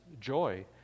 joy